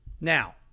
Now